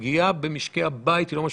הפגיעה במשקי הבית היא לא משמעותית.